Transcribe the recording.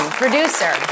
producer